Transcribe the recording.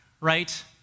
right